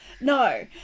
No